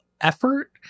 effort